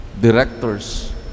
directors